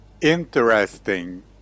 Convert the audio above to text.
Interesting